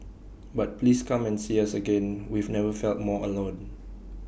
but please come and see us again we've never felt more alone